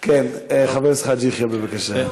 כן, חבר הכנסת חאג' יחיא, בבקשה.